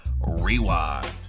Rewind